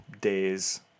days